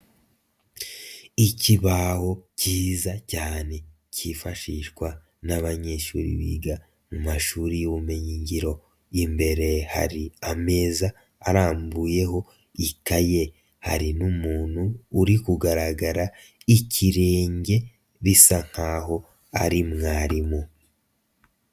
Ikibaho cyiza cyane cyifashishwa n'abanyeshuri biga mu mashuri y'ubumenyigiro, imbere hari ameza arambuyeho ikaye, hari n'umuntu uri kugaragara ikirenge bisa nk'aho ari mwarimu.